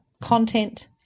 content